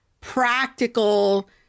practical